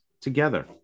together